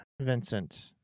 Vincent